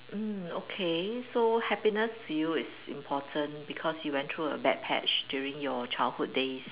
mm okay so happiness to you is important because you went through a bad patch during your childhood days